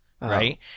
right